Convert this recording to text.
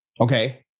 okay